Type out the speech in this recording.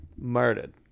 Murdered